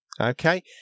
Okay